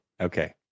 Okay